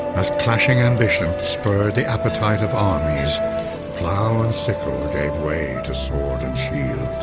as clashing ambition spurred the appetite of armies plow and sickle gave way to sword and shield